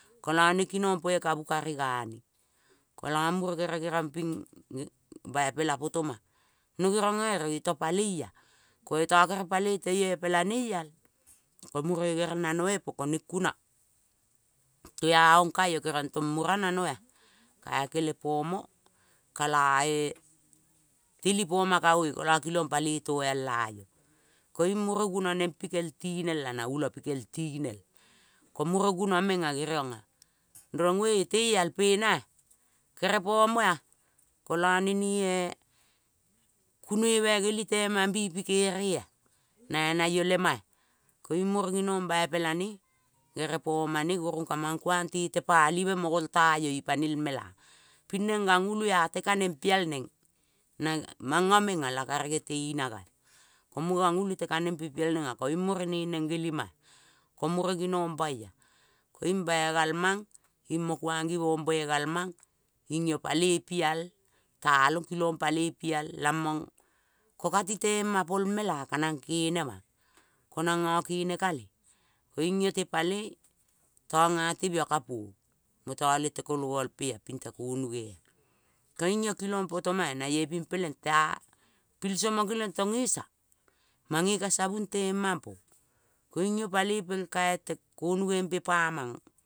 Kola ne kinong pai kavu kari gane. Kola mure kere geriang ping bai pela potoma no geriang aio iota pacela. Koita kere paloi teiopela ial. Ko mure gere nano mepo. Kone kuna toiaong kaio tong mura nanoa kae kelepomo kalae telipoma kagoe kola kilong paloi toial laio. Koiung mure guno nempi kel tinela na ula pikel tinel. Ko mure guno menga geriong rong vei teial pena-a kerepomoa kola ne, ne-e komoi me geli tema i pikereia nai naio lema-a. Koiung mure ginong baipelane gerepomane gurung ka mang kiuang te tepalive mo goltaio ipane el mela pineng gangulu ate kaneng pe piel nenga. Koiung baigal mang imo kuang givong baigal mang. Ing io kuang paloi pial talong. Kilong paloi pial lamong ko kati tema po el mela kenang kenema. Ko nanga kene kale. Koiung iota paloi tong ate bia kapuo. Ko tol-e te ko loal pea le te konoge koiung io kilong potoma-a naie ping peleng tea pilso mang keliong tong esa mange ka savung temampo koiung paloi kel kal te konoge pe pamanga